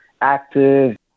active